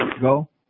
Go